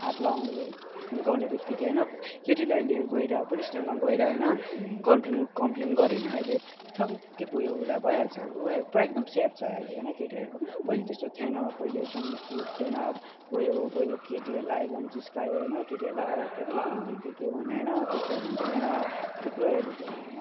हात लगाउने लगाउनेबित्तिकै होइन केटीहरूले अहिले गएर पुलिस स्टेसनमा गएर होइन कम्प्लेन कम्प्लेन गर्यो भने अहिले उयो भइहाल्छ उनीहरू पुरा एकदम सेफ छ अहिले है होइन केटीहरूको पहिले त्यस्तो थिएन पहिले एकदम छुट होइन पहिले केटीहरूलाई एकदम जिस्कायो होइन केटीहरूलाई के के के के भन्यो होइन त्यस्तोहरू हुन्थ्यो होइन थुप्रोहरू थियो होइन